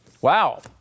Wow